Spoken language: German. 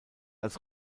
als